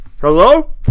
hello